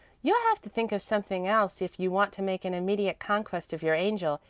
you'll have to think of something else if you want to make an immediate conquest of your angel.